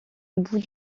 bout